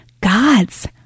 God's